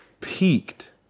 peaked